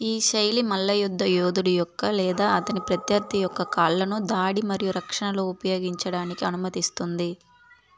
ఈ శైలి మల్లయుద్ధ యోధుడు యొక్క లేదా అతని ప్రత్యర్థి యొక్క కాళ్ళను దాడి మరియు రక్షణలో ఉపయోగించడానికి అనుమతిస్తుంది